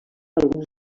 alguns